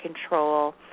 control